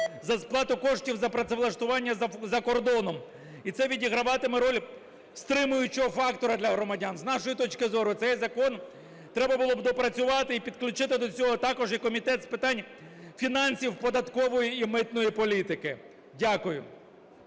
за сплату коштів за працевлаштування за кордоном і це відіграватиме роль стримуючого фактору для громадян. З нашої точки зору цей закон треба було б доопрацювати і підключити до цього також і Комітет з питань фінансів, податкової і митної політики. Дякую.